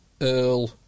Earl